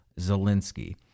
Zelensky